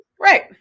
Right